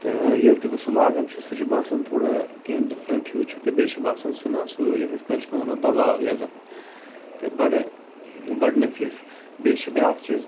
تہٕ ییٚلہِ تہِ بہٕ سُہ لاگان چھُس سُہ چھُ باسان تھوڑا کیٚنٛہہ ڈِفریٚنٛٹ ہیٛو چھُ تہٕ بیٚیہِ چھُ باسان سُہ نا سُہ یَتھ أس کٲشرۍ پٲٹھۍ وَنو دَباو عزَت تہٕ بَڑٕ ٲں بَڑٕ نٔفیٖس بیٚیہِ چھُ بیٛاکھ چیٖز